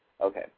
Okay